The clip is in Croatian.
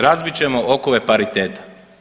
Razbit ćemo okove pariteta.